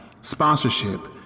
sponsorship